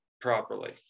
properly